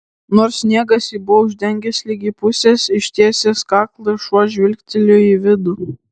nors sniegas jį buvo uždengęs ligi pusės ištiesęs kaklą šuo žvilgtelėjo į vidų